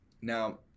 Now